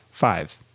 five